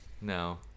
no